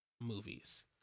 movies